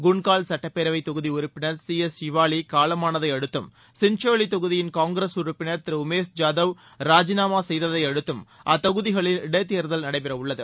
குன்ட்கல் சட்டப்பேரவை தொகுதி உறுப்பினர் சி எஸ் ஷிவாலி காலமானதையடுத்தும் சின்சோலி தொகுதியின் காங்கிரஸ் உறுப்பினா் திரு உமேஷ் ஜாதவ் ராஜினாமா செய்ததையடுத்தும் அத்தொகுதிகளில் இடைத் தேர்தல் நடைபெறவுள்ளது